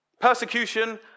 Persecution